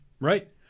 right